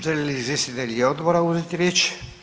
Žele li izvjestitelji odbora uzeti riječ?